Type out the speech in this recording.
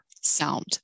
sound